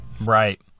Right